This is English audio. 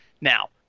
Now